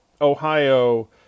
Ohio